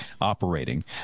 operating